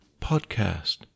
Podcast